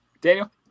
Daniel